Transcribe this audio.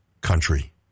country